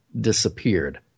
disappeared